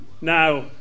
Now